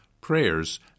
prayers